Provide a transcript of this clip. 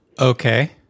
Okay